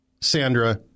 Sandra